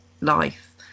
life